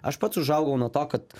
aš pats užaugau nuo to kad